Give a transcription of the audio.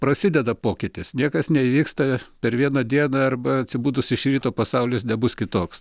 prasideda pokytis niekas neįvyksta per vieną dieną arba atsibudus iš ryto pasaulis nebus kitoks